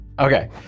Okay